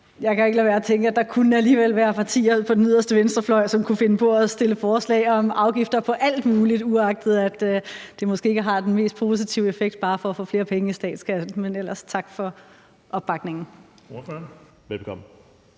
Jeg kan ikke lade være at tænke, at der alligevel kunne være partier på den yderste venstrefløj, som kunne finde på at fremsætte forslag om afgifter på alt muligt, uagtet at det måske ikke havde den mest positive effekt, bare for at få flere penge i statskassen. Men tak for opbakningen.